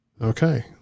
Okay